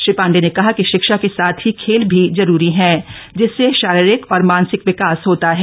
श्री पांडे ने कहा कि शिक्षा के साथ ही खेल भी जरूरी है जिससे शारीरिक और मानसिक विकास होता है